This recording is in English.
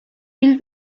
will